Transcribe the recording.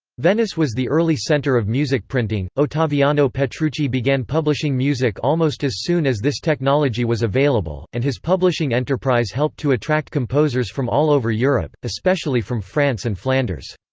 venice was the early center of music printing ottaviano petrucci began publishing music almost as soon as this technology was available, and his publishing enterprise helped to attract composers from all over europe, especially from france and flanders.